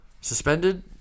Suspended